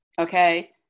Okay